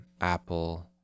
Apple